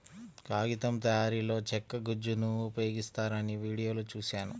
కాగితం తయారీలో చెక్క గుజ్జును ఉపయోగిస్తారని వీడియోలో చూశాను